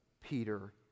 Peter